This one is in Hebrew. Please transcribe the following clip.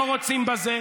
לא רוצים בזה.